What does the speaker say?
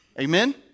Amen